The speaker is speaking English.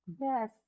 yes